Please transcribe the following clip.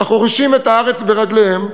שחורשים את הארץ ברגליהם,